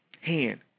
hand